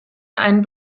einen